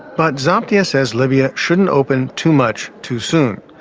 but zaptia says libya shouldn't open too much, too soon.